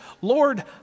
Lord